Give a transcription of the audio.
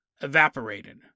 evaporated